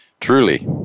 truly